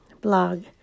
blog